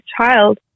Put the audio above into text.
child